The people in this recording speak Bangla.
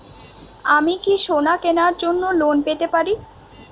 আমি কি সোনা কেনার জন্য লোন পেতে পারি?